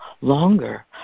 longer